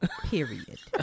Period